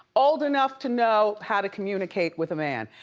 old enough to know how to communicate with a man.